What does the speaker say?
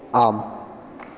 आम्